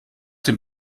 den